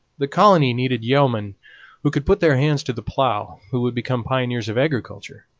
the colony needed yeomen who would put their hands to the plough, who would become pioneers of agriculture.